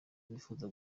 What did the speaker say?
bifuza